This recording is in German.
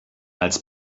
als